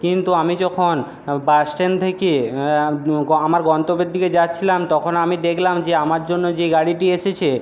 কিন্তু আমি যখন বাস স্ট্যান্ড থেকে আমার গন্তব্যের দিকে যাচ্ছিলাম তখন আমি দেখলাম যে আমার জন্য যে গাড়িটি এসেছে